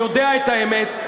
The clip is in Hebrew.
יודע את האמת,